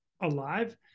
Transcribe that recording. alive